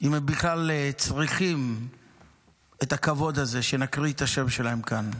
אם הם בכלל צריכים את הכבוד הזה שנקריא את השם שלהם כאן,